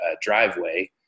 driveway